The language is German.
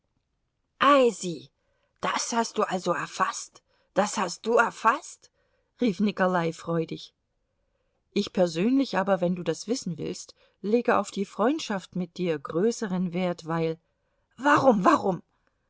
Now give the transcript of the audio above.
sieh das hast du also erfaßt das hast du erfaßt rief nikolai freudig ich persönlich aber wenn du das wissen willst lege auf die freundschaft mit dir größeren wert weil warum warum